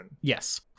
Yes